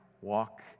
Walk